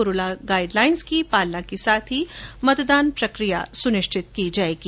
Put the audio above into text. corona guideline की पालना के साथ ही मतदान प्रकिया सुनिश्चित की जायेगी